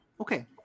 Okay